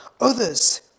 others